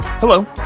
Hello